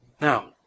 Now